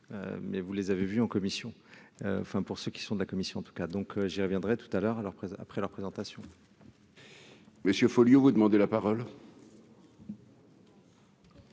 mais vous les avez vus en commission, enfin pour ceux qui sont de la commission, en tout cas, donc j'y reviendrai tout à l'heure, alors après leur présentation. Monsieur Folliot, vous demandez la parole.